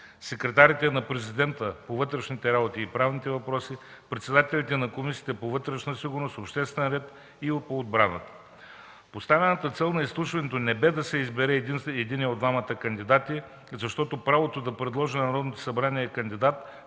секретарите на президента по вътрешните работи и по правните въпроси, председателите на Комисията по вътрешна сигурност и обществен ред и на Комисията по отбрана. Поставената цел на изслушването не бе да се избере единият от двамата кандидати, защото правото да предложи на Народното събрание кандидат,